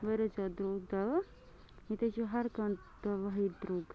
واریاہ زیادٕ درٛوگ دَوا ییٚتہِ حظ چھُ ہر کانٛہہ دوا ییٚتہِ درٛوگ